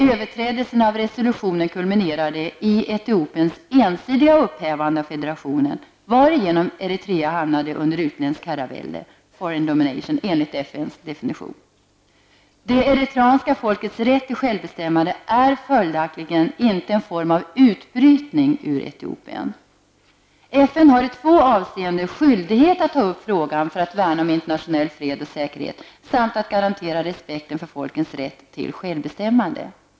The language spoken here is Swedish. Överträdelserna av resolutionen kulminerade i Etiopiens ensidiga upphävande av federationen, varigenom Eritrea hamnade under utländskt herravälde, foreign domination, enligt FNs definition. FN har i två avseenden skyldighet att ta upp frågan: för att värna om internationell fred och säkerhet samt för att garantera respekten för folkens rätt till självbestämmande.